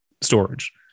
storage